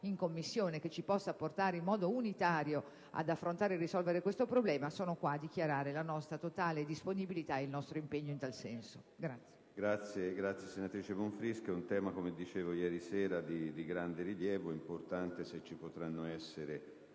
in Commissione che ci possa portare in modo unitario ad affrontare e risolvere questo problema, esprimo la nostra totale disponibilità e il nostro impegno in tal senso.